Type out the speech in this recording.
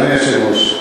אדוני היושב-ראש,